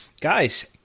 guys